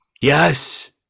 Yes